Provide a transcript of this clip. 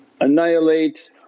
annihilate